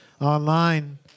online